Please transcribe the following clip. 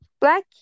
Black